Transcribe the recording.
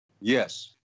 Yes